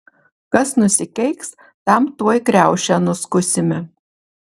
kas nusikeiks tam tuoj kriaušę nuskusime